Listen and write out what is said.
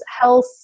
health